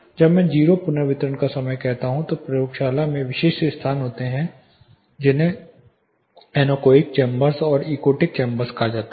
जब मैं 0 पुनर्वितरण का समय कहता हूं तो प्रयोगशाला में विशिष्ट स्थान होते हैं जिन्हें एनोकोइक चेंबर्स और इकोटिक चैंबर्स कहा जाता है